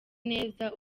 neza